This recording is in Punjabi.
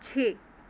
ਛੇ